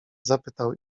zapytał